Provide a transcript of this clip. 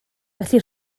felly